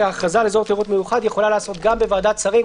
שהכרזה על אזור תיירות מיוחד יכולה להיעשות גם בוועדת שרים,